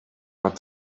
but